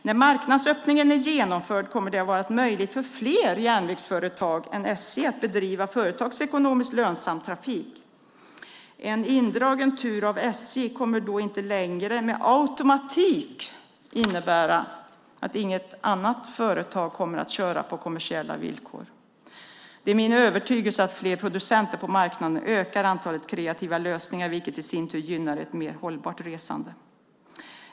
När marknadsöppningen är genomförd kommer det att vara möjligt för fler järnvägsföretag än SJ att bedriva företagsekonomiskt lönsam trafik. En indragen tur av SJ kommer då inte längre per automatik att innebära att inget annat företag kommer att köra på kommersiella villkor. Det är min övertygelse att fler producenter på marknaden ökar antalet kreativa lösningar, vilket i sin tur gynnar ett mer hållbart resande.